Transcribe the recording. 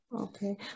Okay